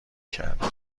کرده